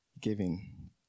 giving